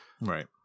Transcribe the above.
Right